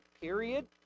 period